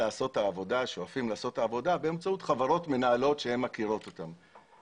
שואפים לעשות את העבודה באמצעות חברות מנהלות שמכירות אותם.